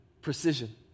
precision